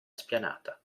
spianata